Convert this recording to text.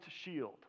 shield